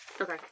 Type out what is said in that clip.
Okay